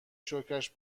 شکرش